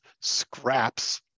scraps